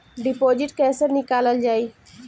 Deposit कैसे निकालल जाइ?